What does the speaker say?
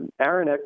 Aaron